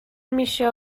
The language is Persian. میشه